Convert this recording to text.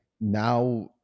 now